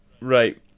Right